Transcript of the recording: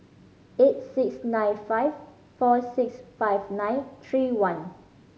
eight six nine five four six five nine three one